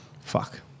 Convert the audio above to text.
fuck